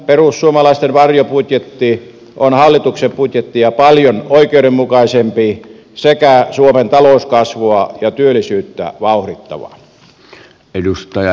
perussuomalaisten varjobudjetti on hallituksen budjettia paljon oikeudenmukaisempi sekä suomen talouskasvua ja työllisyyttä vauhdittava